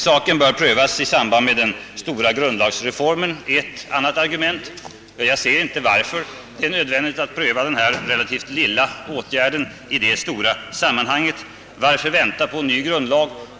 Saken bör prövas i samband med den stora grundlagreformen är ett annat argument. Jag kan inte inse varför det är nödvändigt att pröva denna relativt obetydliga åtgärd i det stora sammanhanget. Varför vänta på nya grundlagen?